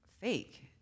fake